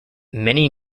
many